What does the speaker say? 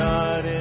God